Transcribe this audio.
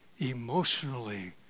emotionally